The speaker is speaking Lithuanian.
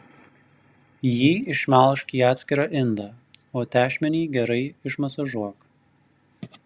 jį išmelžk į atskirą indą o tešmenį gerai išmasažuok